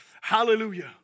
Hallelujah